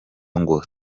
ngo